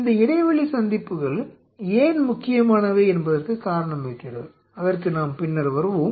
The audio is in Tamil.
இந்த இடைவெளி சந்திப்புகள் ஏன் முக்கியமானவை என்பதற்கு காரணம் இருக்கின்றது அதற்கு நாம் பின்னர் வருவோம்